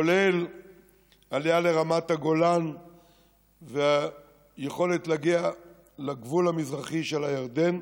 כולל העלייה לרמת הגולן ויכולת להגיע לגבול המזרחי של הירדן,